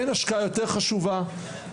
אין השקעה חשובה יותר.